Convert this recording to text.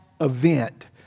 event